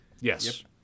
yes